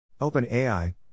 OpenAI